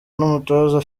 n’umutoza